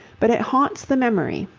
but it haunts the memory,